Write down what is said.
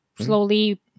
slowly